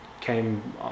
came